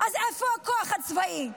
אז איפה הכוח הצבאי?